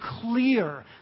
clear